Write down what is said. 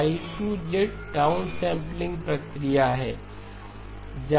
Y2 downsampling प्रक्रिया है Y21M k0M 1 X2